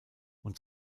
und